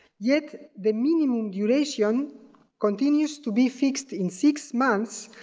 yet, the minimum duration continues to be fixed in six months,